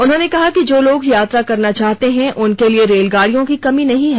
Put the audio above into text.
उन्होंने कहा कि जो लोग यात्रा करना चाहते हैं उनके लिए रेलगाडियों की कमी नहीं है